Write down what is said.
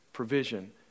Provision